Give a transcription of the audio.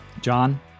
John